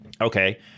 okay